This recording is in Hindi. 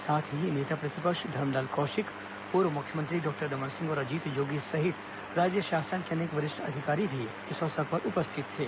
साथ ही नेता प्रतिपक्ष धरमलाल कौशिक पूर्व मुख्यमंत्री डॉक्टर रमन सिंह और अजीत जोगी सहित राज्य शासन के अनेक वरिष्ठ अधिकारी भी इस अवसर पर उपस्थित थे